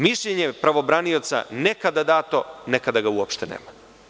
Mišljenje pravobranioca nekada dato nekada ga uopšte nema.